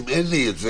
אם אין לי את זה,